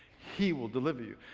he will deliver you.